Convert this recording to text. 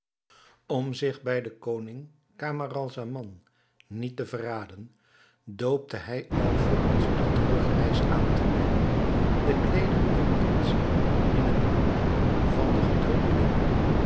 om zich bij den koning camaralzaman niet te verraden doopte hij alvorens de terugreis aan te nemen de kleederen der prinsen in het bloed van den gedooden leeuw